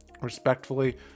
respectfully